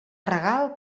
regal